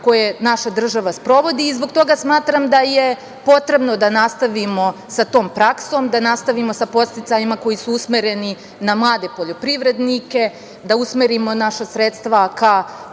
koje naša država sprovodi i zbog toga smatram da je potrebno da nastavimo sa tom praksom, da nastavimo sa podsticajima koji su usmereni na mlade poljoprivrednike, da usmerimo naša sredstva ka